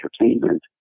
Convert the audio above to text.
entertainment